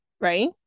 right